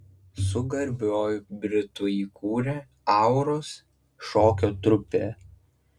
su garbiuoju britu jį kūrė auros šokio trupę